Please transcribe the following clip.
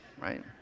right